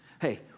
Hey